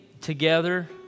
together